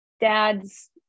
dad's